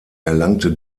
erlangte